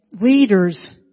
leaders